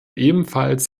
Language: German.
ebenfalls